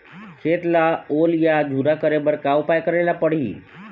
खेत ला ओल या झुरा करे बर का उपाय करेला पड़ही?